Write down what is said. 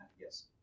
Yes